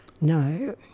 No